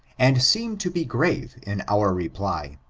and seem to be grave in our reply.